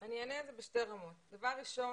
אני אענה על זה בשתי רמות: דבר ראשון,